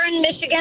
michigan